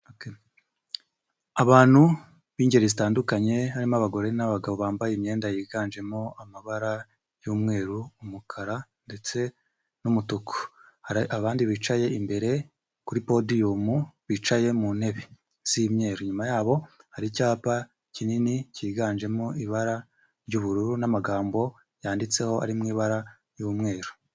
Abantu b'ingeri zitandukanye, harimo abagore n'abagabo bambaye imyenda yiganjemo amabara y'umweru, umukara ndetse n'umutuku, hari abandi bicaye imbere kuri podiyumu, bicaye mu ntebe z'imyeru, inyuma yabo hari icyapa kinini cyiganjemo ibara ry'ubururu n'amagambo yanditseho ari mu ibara ry'umweru.